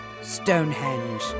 Stonehenge